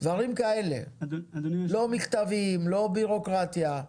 לא מכתבים, לא בירוקרטיה.